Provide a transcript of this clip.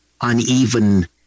uneven